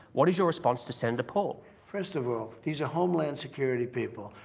what is your response to senator paul? first of all, these are homeland security people.